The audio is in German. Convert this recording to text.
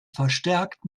verstärkt